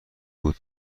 بود